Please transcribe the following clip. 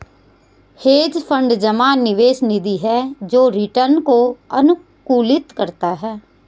hedge fund जमा निवेश निधि है जो रिटर्न को अनुकूलित करता है